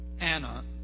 Anna